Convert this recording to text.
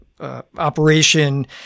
Operation